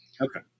Okay